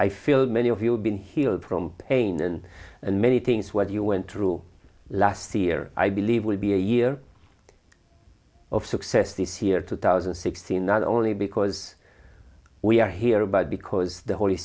i feel many of you have been healed from pain and many things what you went through last year i believe will be a year of success this year two thousand and sixteen not only because we are here about because the holy